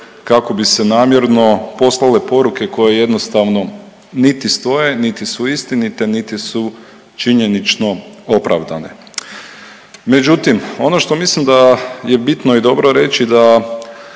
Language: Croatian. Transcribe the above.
kako bi se namjerno poslale poruke koje jednostavno niti stoje, niti su istinite, niti su činjenično opravdane. Međutim, ono što mislim da je bitno i dobro reći da